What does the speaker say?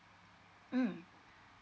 mm